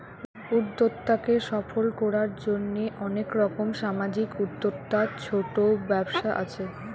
উদ্যোক্তাকে সফল কোরার জন্যে অনেক রকম সামাজিক উদ্যোক্তা, ছোট ব্যবসা আছে